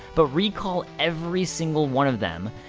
but recall every single one of them.